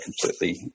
completely